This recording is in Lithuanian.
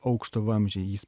aukšto vamzdžiai jis